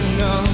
no